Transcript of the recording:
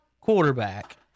quarterback